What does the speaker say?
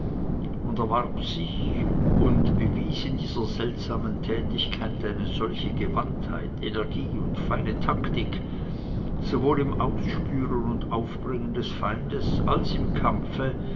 und er erwarb sich und bewies in dieser seltsamen tätigkeit eine solche gewandtheit energie und feine taktik sowohl im ausspüren und aufbringen des feindes als im kampfe